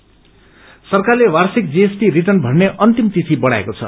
GST सरकारले वार्षिक GST return भर्ने अन्तिम तिथि बढ़ाएको छ